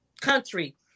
country